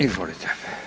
Izvolite.